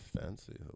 fancy